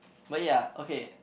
but ya okay